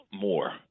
more